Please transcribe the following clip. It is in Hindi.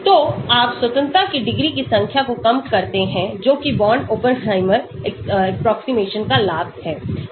तो आप स्वतंत्रता की डिग्री की संख्या को कम करते हैं जो कि बॉर्न ओपेनहाइमर एप्रोक्सीमेशन का लाभ है